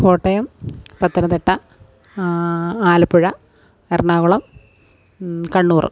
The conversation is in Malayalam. കോട്ടയം പത്തനംതിട്ട ആലപ്പുഴ എറണാകുളം കണ്ണൂർ